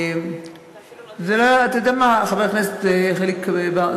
אתה יודע מה, חבר הכנסת חיליק בר?